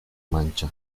mancha